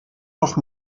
noch